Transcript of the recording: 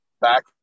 back